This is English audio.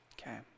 Okay